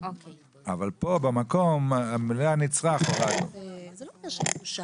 אבל פה את המילה 'נצרך' הורדנו.